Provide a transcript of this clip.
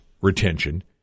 retention